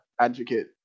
advocate